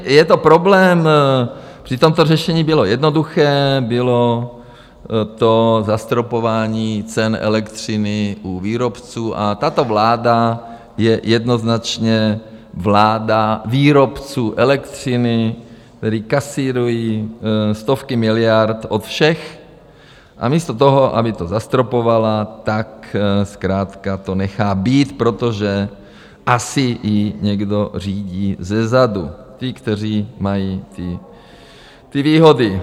Je to problém, přitom to řešení bylo jednoduché, bylo to zastropování cen elektřiny u výrobců, a tato vláda je jednoznačně vláda výrobců elektřiny, kteří kasírují stovky miliard od všech, a místo toho, aby to zastropovala, tak zkrátka to nechá být, protože asi ji někdo řídí zezadu, ti, kteří mají ty výhody.